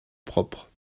propre